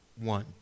one